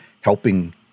helping